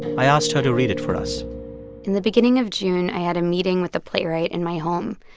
i asked her to read it for us in the beginning of june, i had a meeting with a playwright in my home.